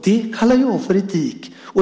Det kallar jag för etik.